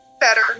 better